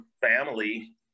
family